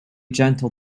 gentle